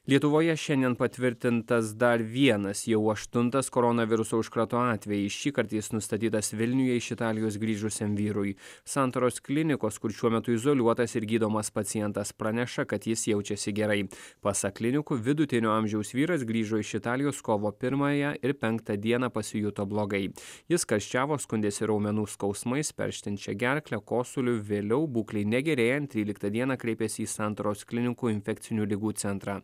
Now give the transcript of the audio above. lietuvoje šiandien patvirtintas dar vienas jau aštuntas koronaviruso užkrato atvejis šįkart jis nustatytas vilniuje iš italijos grįžusiam vyrui santaros klinikos kur šiuo metu izoliuotas ir gydomas pacientas praneša kad jis jaučiasi gerai pasak klinikų vidutinio amžiaus vyras grįžo iš italijos kovo pirmąją ir penktą dieną pasijuto blogai jis karščiavo skundėsi raumenų skausmais perštinčia gerkle kosuliu vėliau būklei negerėjant tryliktą dieną kreipėsi į santaros klinikų infekcinių ligų centrą